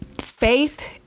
faith